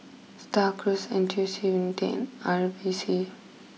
Star Cruise N T U C Unity and V C